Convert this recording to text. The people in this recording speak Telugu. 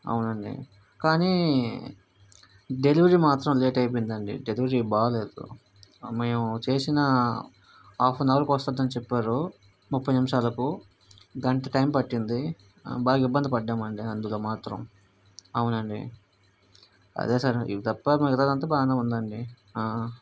అవునండి కానీ డెలివరీ మాత్రం లేట్ అయిపోయిందండి డెలివరీ బాలేదు మేము చేసిన హాఫెన్ హవర్కి వస్తదని చెప్పారు ముప్పై నిమిషాలకు గంట టైమ్ పట్టింది బాగా ఇబ్బంది పడ్డామండి అందులో మాత్రం అవునండి అదే సర్ ఇవి తప్పా మిగతాదంతా బాగనే ఉందండి ఆ